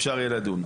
אפשר יהיה לדון.